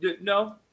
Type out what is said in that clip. No